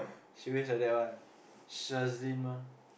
she always like that [one] Shazleen mah